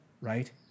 right